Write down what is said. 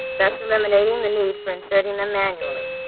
thus eliminating the need for inserting them manually.